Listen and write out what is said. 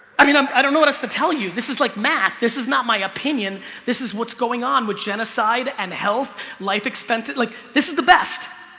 i mean, um i don't know what else to tell you. this is like math. this is not my opinion this is what's going on with genocide and health life expenses. like this is the best